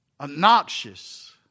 obnoxious